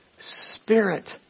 spirit